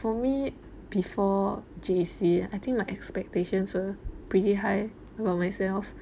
for me before J_C I think my expectations were pretty high for myself